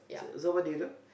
so so what did you do